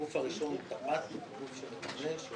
הגוף הראשון הוא תפ"ט, גוף שנמצא בחיפה,